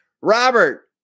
Robert